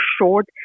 short